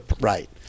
right